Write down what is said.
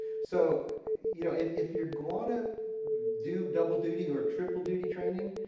so you know if if you're going to do double duty or triple duty training,